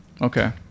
okay